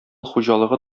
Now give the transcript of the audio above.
хуҗалыгы